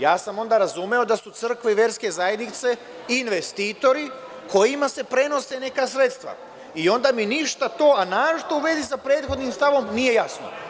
Ja sam onda razumeo da su crkve i verske zajednice investitori kojima se prenose neka sredstva i onda mi ništa to, a naročito u vezi sa prethodnim stavom nije jasno.